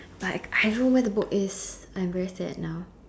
but I I don't know where the book is I'm very sad now